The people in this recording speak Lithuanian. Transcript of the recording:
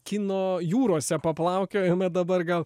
kino jūrose paplaukiojome dabar gal